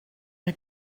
mae